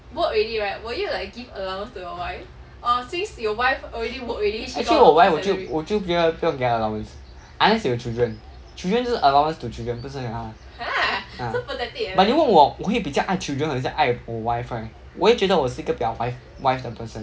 actually 我 wife 我就我就没有不用给她 allowance unless 有 children children 就是 allowance to children 不是给她的 ah but 你问我我会比较爱 children 还是爱我 wife right 我会觉得我是一个表白 wife the person